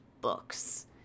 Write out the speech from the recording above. books